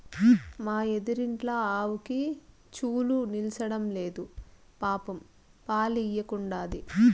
మా ఎదురిండ్ల ఆవుకి చూలు నిల్సడంలేదు పాపం పాలియ్యకుండాది